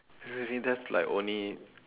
excuse me that's like only